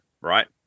right